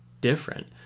different